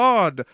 God